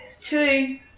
two